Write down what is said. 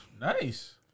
Nice